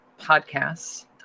podcasts